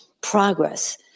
progress